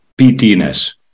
PTNS